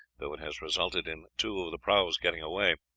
though it has resulted in two of the prahus getting away.